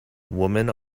women